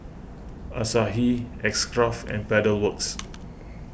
Asahi X Craft and Pedal Works